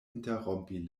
interrompi